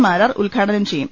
മാരാർ ഉദ്ഘാടനം ചെയ്യും